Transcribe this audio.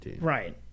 right